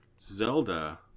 Zelda